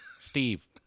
Steve